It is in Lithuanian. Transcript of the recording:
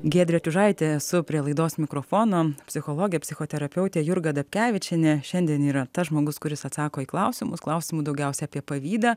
giedrė čiužaitė esu prie laidos mikrofono psichologė psichoterapeutė jurga dapkevičienė šiandien yra tas žmogus kuris atsako į klausimus klausimu daugiausiai apie pavydą